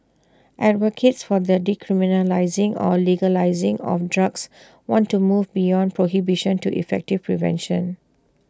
advocates for the decriminalising or legalising of drugs want to move beyond prohibition to effective prevention